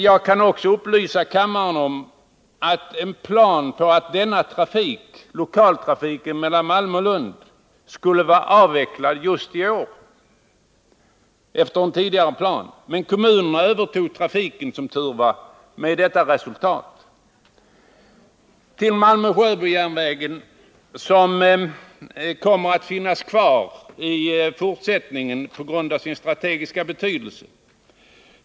Jag kan upplysa kammaren om att SJ hade planer på att lokaltrafiken mellan Malmö och Lund skulle vara avvecklad just i år. Men kommunerna övertog ansvaret för trafiken, som tur var, och med detta resultat. Malmö-Sjöbo-järnvägen kommer att finnas kvar i fortsättningen på grund av sin strategiska betydelse.